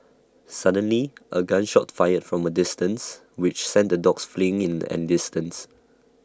suddenly A gun shot fired from A distance which sent the dogs fleeing in an instant